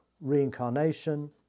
reincarnation